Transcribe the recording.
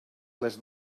les